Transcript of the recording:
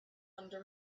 under